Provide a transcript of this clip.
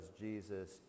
Jesus